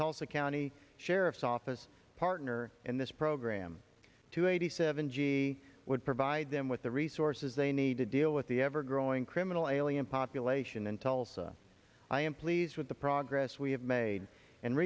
tulsa county sheriff's office partner in this program to eighty seven g would provide them with the resources they need to deal with the ever growing criminal alien population in tulsa i am pleased with the progress we have made and